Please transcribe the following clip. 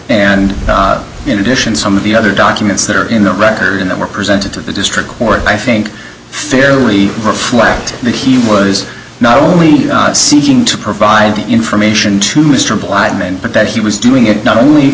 and in addition some of the other documents that are in the record that were presented to the district court i think fairly reflect that he was not only seeking to provide information to mr black men but that he was doing it not only